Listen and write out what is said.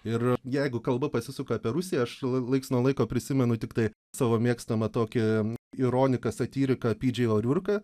ir jeigu kalba pasisuka apie rusiją aš laika nuo laiko prisimenu tiktai savo mėgstamą tokį ironiką satyriką pidžio rurką